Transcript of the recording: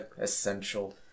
essential